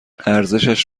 ارزشش